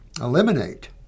eliminate